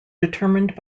determined